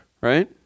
right